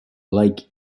like